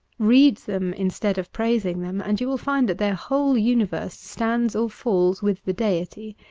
read them instead of praising them, and you will find that their whole universe stands or falls with the deity.